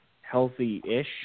healthy-ish